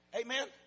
Amen